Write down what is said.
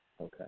okay